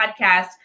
podcast